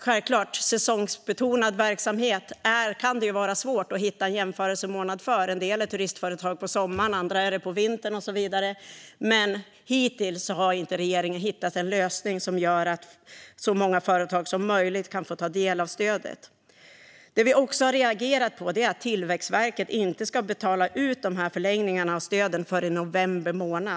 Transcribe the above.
Självklart kan det vara svårt att hitta jämförelsemånad vid säsongsbetonad verksamhet. En del är turistföretag på sommaren, andra är det på vintern och så vidare. Hittills har dock inte regeringen hittat en lösning som gör att så många företag som möjligt kan få ta del av stödet. Det vi också har reagerat på är att Tillväxtverket inte ska betala ut de förlängda stöden förrän i november.